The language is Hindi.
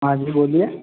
हाँ जी बोलिए